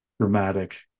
dramatic